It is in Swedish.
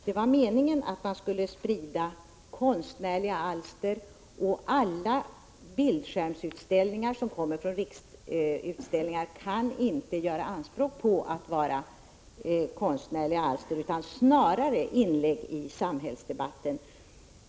Det var meningen att man skulle sprida konstnärliga alster, men alla bildskärmutställningar som kommer från Riksutställningar kan inte göra anspråk på att vara konstnärliga alster utan är snarare inlägg i samhällsdebatten.